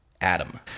adam